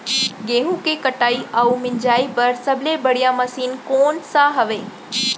गेहूँ के कटाई अऊ मिंजाई बर सबले बढ़िया मशीन कोन सा हवये?